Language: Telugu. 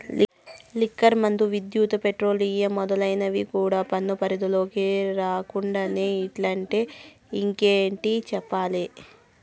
లిక్కర్ మందు, విద్యుత్, పెట్రోలియం మొదలైనవి కూడా పన్ను పరిధిలోకి రాకుండానే ఇట్టుంటే ఇంకేటి చెప్పాలి